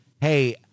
Hey